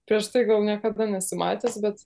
prieš tai gal niekada nesi matęs bet